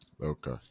Okay